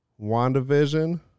WandaVision